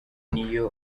niyo